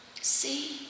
See